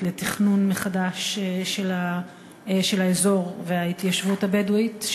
לתכנון מחדש של האזור וההתיישבות הבדואית,